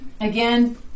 Again